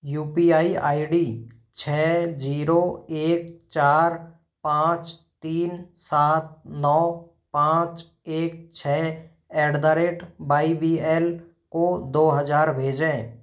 you P I I D छः zero एक चार पाँच तीन सात नौ पाँच एक छः at the rate by B L को दो हज़ार भेजें